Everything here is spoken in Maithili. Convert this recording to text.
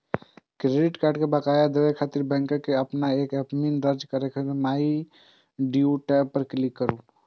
क्रेडिट कार्ड के बकाया देखै खातिर बैंकक एप मे एमपिन दर्ज कैर के माइ ड्यू टैब पर क्लिक करू